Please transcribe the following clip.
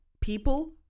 people